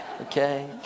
Okay